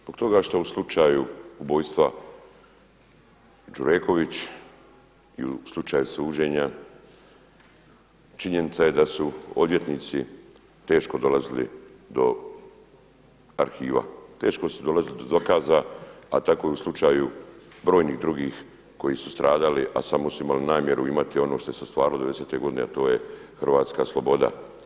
Zbog toga što su slučaju ubojstva Đureković i u slučaju suđenja činjenica je da su odvjetnici teško dolazili do arhiva, teško su dolazili do dokaza, a tako je i slučaju brojnih drugih koji su stradali, a samo su imali namjeru imati ono što su ostvarilo devedesete godine, a to je hrvatska sloboda.